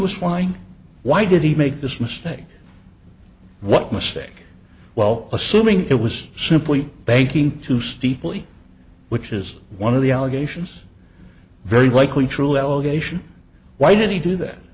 was flying why did he make this mistake what mistake while assuming it was simply banking to steeply which is one of the allegations very likely true allegation why did he do that